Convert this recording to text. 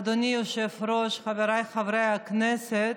היושב-ראש, חבריי חברי הכנסת,